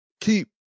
keep